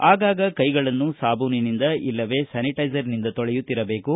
ಆಗಾಗ ಕೈಗಳನ್ನು ಸಾಬೂನಿನಿಂದ ಇಲ್ಲವೇ ಸಾನಿಟೈಜರಿನಿಂದ ತೊಳೆಯುತ್ತಿರಬೇಕು